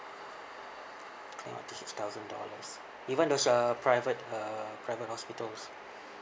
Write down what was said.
claim up to six thousand dollars even those uh private uh private hospitals